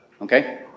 okay